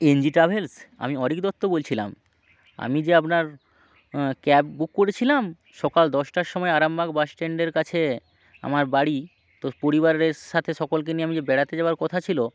NG travels আমি অরিক দত্ত বলছিলাম আমি যে আপনার ক্যাব বুক করেছিলাম সকাল দশটার সময় আরামবাগ বাসস্ট্যান্ডের কাছে আমার বাড়ি তো পরিবারের সাথে সকলকে নিয়ে আমি যে বেড়াতে যাওয়ার কথা ছিল